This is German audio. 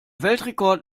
weltrekord